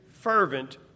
fervent